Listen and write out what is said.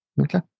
Okay